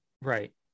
Right